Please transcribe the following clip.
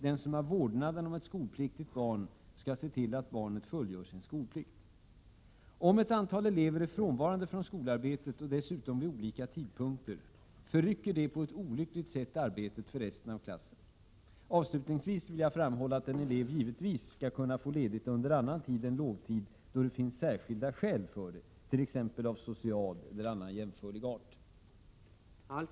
Den som har vårdnaden om ett skolpliktigt barn skall se till att barnet fullgör sin skolplikt. Om ett antal elever är frånvarande från skolarbetet, och dessutom vid olika tidpunkter, förrycker detta på ett olyckligt sätt arbetet för resten av klassen. Avslutningsvis vill jag framhålla att en elev givetvis skall kunna få ledigt under annan tid än lovtid då det finns särskilda skäl för detta av t.ex. social eller annan jämförlig art.